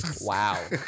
Wow